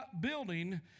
building